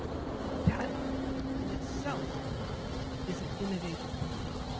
that in itself is an innovative question.